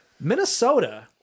Minnesota